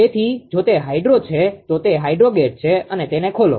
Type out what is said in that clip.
તેથી જો તે હાઇડ્રો છે તો તે હાઈડ્રો ગેટ છે અને તેને ખોલો